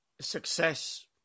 success